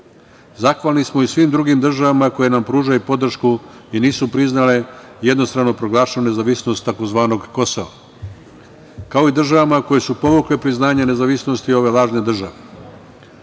Zahvalni smo i svim drugim državama koje nam pružaju podršku i nisu priznale jednostrano proglašenu nezavisnost tzv. „Kosova“, kao i državama koje su povukle priznanje nezavisnosti ove lažne